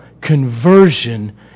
conversion